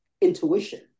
intuition